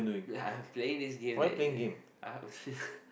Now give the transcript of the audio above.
like I'm playing this game that uh I was just